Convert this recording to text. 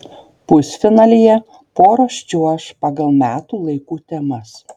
pusfinalyje poros čiuoš pagal metų laikų temas